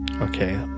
Okay